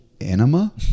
Enema